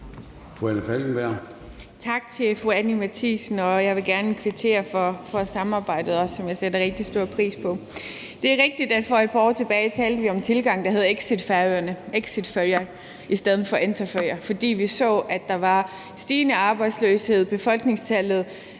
Anna Falkenberg (SP): Tak til fru Anni Matthiesen. Jeg vil også gerne kvittere for samarbejdet, som jeg sætter rigtig stor pris på. Det er rigtigt, at vi for et par år siden talte om en tilgang, der hed Exit Færøerne – Exit Føroyar i stedet for Enter Føroyar – fordi vi så, at der var stigende arbejdsløshed, befolkningstallet